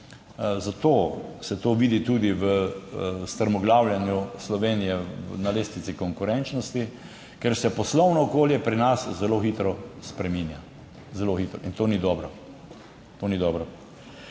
Zato se to vidi tudi v strmoglavljenju Slovenije na lestvici konkurenčnosti, ker se poslovno okolje pri nas zelo hitro spreminja, zelo hitro in to ni dobro, to ni dobro.